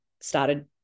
started